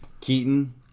Keaton